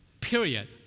Period